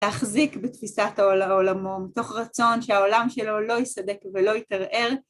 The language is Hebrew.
תחזיק בתפיסת העולמות, בתוך רצון שהעולם שלו לא יסדק ולא יתערער.